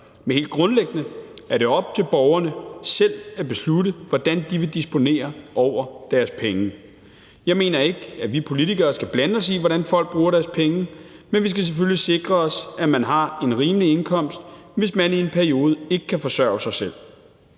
Men helt grundlæggende er det op til borgerne selv at beslutte, hvordan de vil disponere over deres penge. Jeg mener ikke, at vi politikere skal blande os i, hvordan folk bruger deres penge. Men vi skal selvfølgelig sikre os, at man har en rimelig indkomst, hvis man i en periode ikke kan forsørge sig selv.